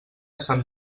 sant